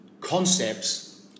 concepts